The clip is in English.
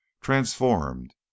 transformed